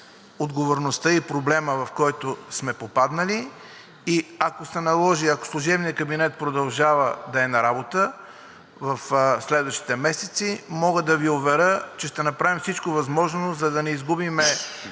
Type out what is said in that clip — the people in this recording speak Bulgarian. отговорността и проблема, в който сме попаднали и ако се наложи, ако служебният кабинет продължава да е на работа в следващите месеци, мога да Ви уверя, че ще направим всичко възможно, за да не изгубим